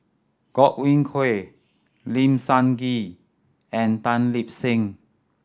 Godwin Koay Lim Sun Gee and Tan Lip Seng